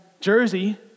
Jersey